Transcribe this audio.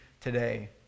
today